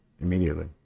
immediately